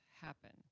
happen